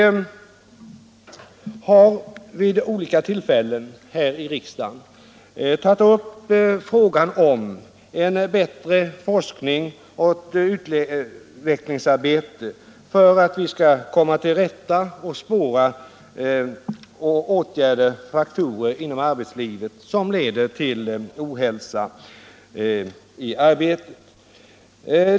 Vi har vid olika tillfällen här i riksdagen tagit upp frågan om bättre forsknings och utvecklingsarbete för att vi skall kunna spåra och åtgärda faktorer inom arbetslivet som leder till ohälsa.